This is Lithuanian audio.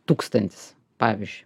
tūkstantis pavyzdžiui